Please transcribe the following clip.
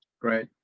Great